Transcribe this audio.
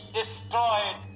destroyed